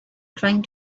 trying